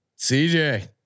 CJ